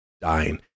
dying